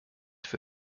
for